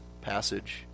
passage